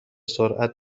سرعت